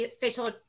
facial